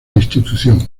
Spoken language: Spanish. institución